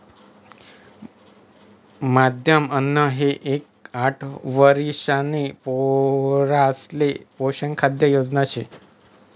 माध्यम अन्न एक ते आठ वरिषणा पोरासले पोषक खाद्य योजना शे